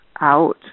out